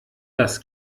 das